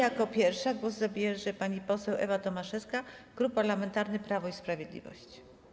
Jako pierwsza głos zabierze pani poseł Ewa Tomaszewska, Klub Parlamentarny Prawo i Sprawiedliwość.